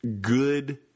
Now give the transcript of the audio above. good